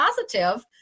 positive